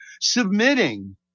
submitting